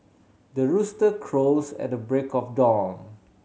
the rooster crows at the break of dawn